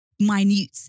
minute